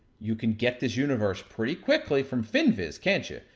you can get this universe pretty quickly from finviz, can't you?